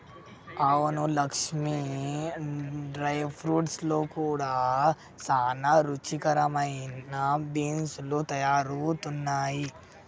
అవును Lakshmi dry fruits లో కూడా సానా రుచికరమైన బీన్స్ లు తయారవుతున్నాయి